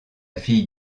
fille